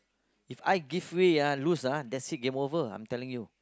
If I give way ah lose ah that's it game over I'm telling you